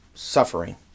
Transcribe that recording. suffering